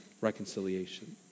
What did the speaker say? reconciliation